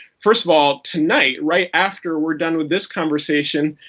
first of all, tonight, right after we're done with this conversation,